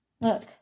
Look